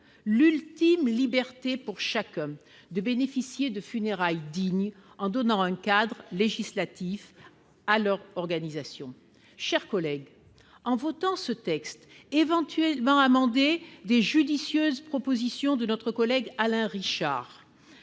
l'ultime liberté pour chaque homme de bénéficier de funérailles dignes en donnant un cadre législatif à leur organisation, chers collègues, en votant ce texte éventuellement amendé des judicieuses propositions de notre collègue Alain Richard